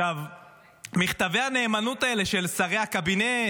מכתבי הנאמנות האלה של שרי הקבינט,